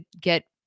get